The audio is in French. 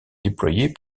déployées